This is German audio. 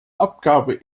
abgabe